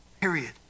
Period